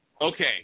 Okay